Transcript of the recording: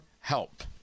help